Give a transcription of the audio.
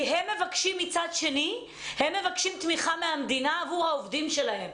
כי מצד שני הם מבקשים תמיכה מהמדינה עבור העובדים שלהם.